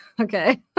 okay